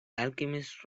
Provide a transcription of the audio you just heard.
alchemist